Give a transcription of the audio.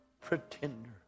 pretender